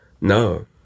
No